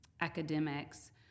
academics